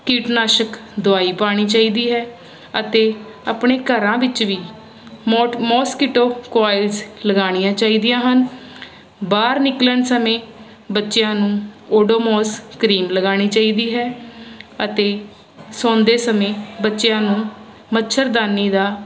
ਕੀਟਨਾਸ਼ਕ ਦੁਆਈ ਪਾਣੀ ਚਾਈਦੀ ਹੈ ਅਤੇ ਆਪਣੇ ਘਰਾਂ ਵਿੱਚ ਵੀ ਮੋਟ ਮੋਸਕੀਟੋ ਕੁਆਇਲਸ ਲਗਾਣੀਆਂ ਚਾਈਦੀਆਂ ਹਨ ਬਾਹਰ ਨਿਲਕਨ ਸਮੇਂ ਬੱਚਿਆਂ ਨੂੰ ਓਡੋਮੋਸ ਕਰੀਮ ਲਗਾਣੀ ਚਾਈਦੀ ਹੈ ਅਤੇ ਸੋਂਦੇ ਸਮੇਂ ਬੱਚਿਆਂ ਨੂੰ ਮੱਛਰਦਾਨੀ ਦਾ